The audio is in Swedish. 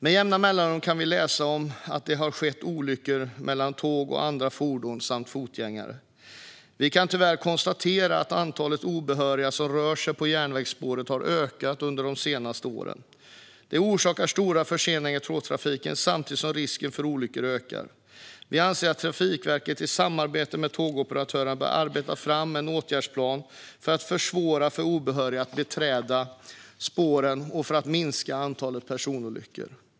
Med jämna mellanrum kan vi läsa att det har skett olyckor mellan tåg och andra fordon samt fotgängare. Vi kan tyvärr konstatera att antalet obehöriga som rör sig på järnvägsspåren har ökat under de senaste åren. Det orsakar stora förseningar i tågtrafiken samtidigt som risken för olyckor ökar. Vi anser att Trafikverket i samarbete med tågoperatörerna bör arbeta fram en åtgärdsplan för att försvåra för obehöriga att beträda spåren och för att minska antalet personolyckor.